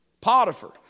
Potiphar